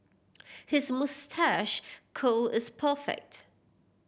his moustache curl is perfect